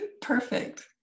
perfect